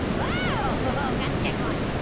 whoa, got the checkpoint.